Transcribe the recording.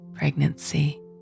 pregnancy